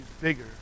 bigger